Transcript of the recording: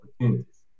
opportunities